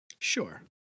Sure